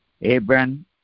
Abraham